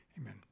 amen